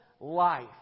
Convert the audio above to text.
life